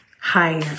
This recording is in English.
higher